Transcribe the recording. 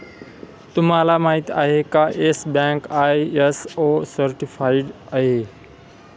तुम्हाला माहिती आहे का, येस बँक आय.एस.ओ सर्टिफाइड आहे